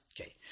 Okay